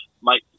Mike